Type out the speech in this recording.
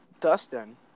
Dustin